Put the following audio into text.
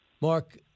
Mark